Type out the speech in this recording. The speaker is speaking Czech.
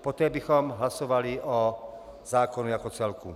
Poté bychom hlasovali o zákonu jako celku.